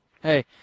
hey